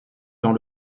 dans